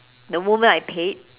the moment I paid